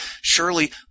Surely